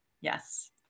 Yes